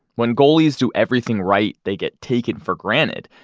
when goalies do everything right, they get taken for granted,